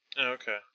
okay